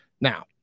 Now